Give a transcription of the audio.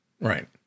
Right